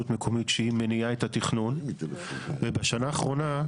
מקומית שהיא מניעה את התכנון ובשנה האחרונה,